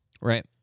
Right